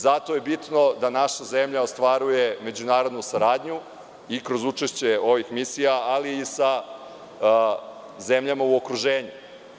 Zato je bitno da naša zemlja ostvaruje međunarodnu saradnju i kroz učešće ovih misija, ali i sa zemljama u okruženju.